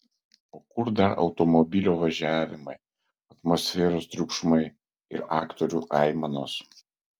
o kur dar automobilio važiavimai atmosferos triukšmai ir aktorių aimanos